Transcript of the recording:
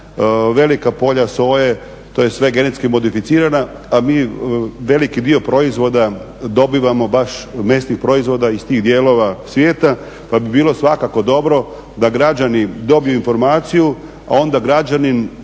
velika polja soje, to je sve genetski modificirana a mi veliki dio proizvoda dobivamo baš, mesnih proizvoda iz tih dijelova svijeta. Pa bi bilo svakako dobro da građani dobiju informaciju a onda građanin